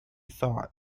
thought